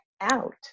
out